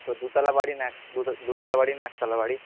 কই দুতলা বাড়ি না এক দুতলা বাড়ি না একতলা বাড়ি